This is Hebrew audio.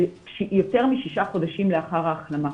זה יותר משישה חודשים לאחר ההחלמה.